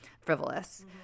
frivolous